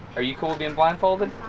are you cool being blindfolded?